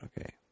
okay